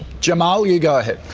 jamal, you go ahead.